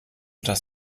das